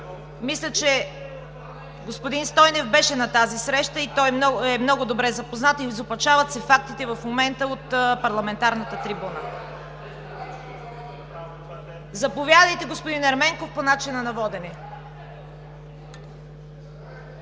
реплики.) Господин Стойнев беше на тази среща и той е много добре запознат, но изопачават се фактите в момента от парламентарната трибуна. Заповядайте, господин Ерменков, по начина на водене.